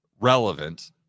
relevant